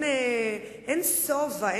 אין שובע,